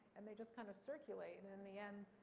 and they just kind of circulate, and in the end,